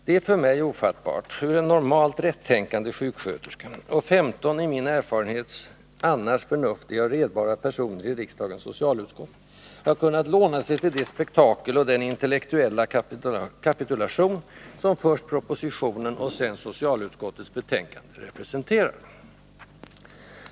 Det är för mig ofattbart hur en normalt rättänkande sjuksköterska och 15 i min erfarenhet annars förnuftiga och redbara personer i riksdagens socialutskott har kunnat låna sig till det spektakel och den intellektuella kapitulation, som först propositionen och sedan socialutskottets betänkande 1980/81:7 representerar.